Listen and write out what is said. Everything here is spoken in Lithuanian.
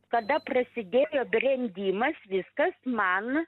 kada prasidėjo brendimas viskas man